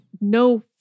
No